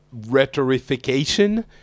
rhetorification